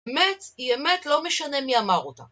אמת היא אמת, לא משנה מי אמר אותה.